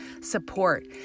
support